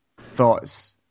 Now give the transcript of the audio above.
thoughts